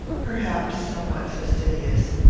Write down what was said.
perhaps somewhat fastidious.